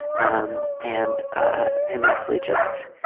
um and ah i mostly just